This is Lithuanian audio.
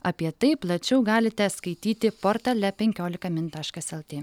apie tai plačiau galite skaityti portale penkiolika min taškas lt